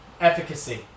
efficacy